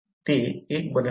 ते 1 बनवण्यासाठी